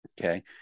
Okay